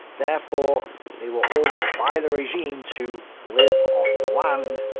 therefore they were ordered by the regime to live off the land,